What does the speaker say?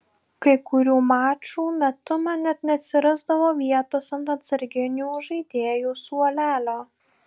kai kurių mačų metu man net neatsirasdavo vietos ant atsarginių žaidėjų suolelio